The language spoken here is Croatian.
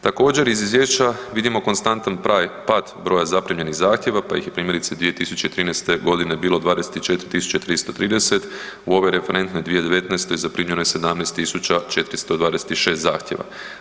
Također iz izvješća vidimo konstantan pad broja zaprimljenih zahtjeva pa ih je primjerice 2013.g. bilo 24.330 u ove referentne 2019.zaprimljeno je 17.426 zahtjeva.